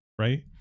right